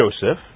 Joseph